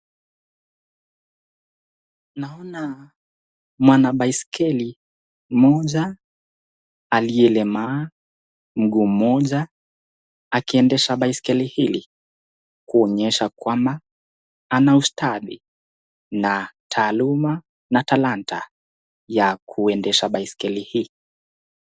Naona mwanabaiskeli mmoja aliyelemaa mguu mmoja akiendesha baiskeli hili kuonyesha kuwa ana ustadi na taaluma na talanta ya kuendesha baiskeli hii.